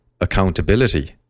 accountability